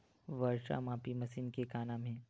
वर्षा मापी मशीन के का नाम हे?